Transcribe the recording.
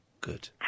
Good